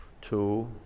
two